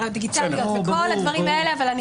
הדיגיטליות וכל הדברים האלה.